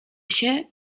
się